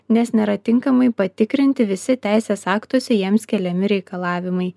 nes nėra tinkamai patikrinti visi teisės aktuose jiems keliami reikalavimai